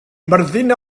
myrddin